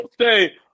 say